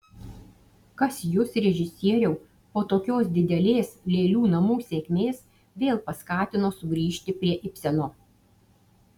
kas jus režisieriau po tokios didelės lėlių namų sėkmės vėl paskatino sugrįžti prie ibseno